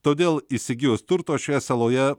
todėl įsigijus turto šioje saloje